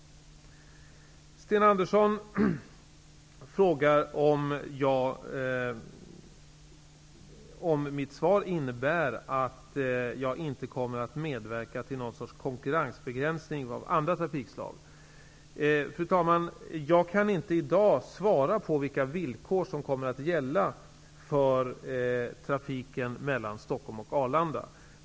Sten Andersson frågar om mitt svar innebär att jag inte kommer att medverka till någon sorts konkurrensbegränsning av andra trafikslag. Fru talman! Jag kan inte i dag svara på vilka villkor som kommer att gälla för trafiken mellan Stockholm och Arlanda.